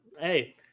hey